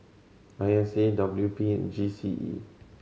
I S A W P and G C E